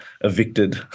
evicted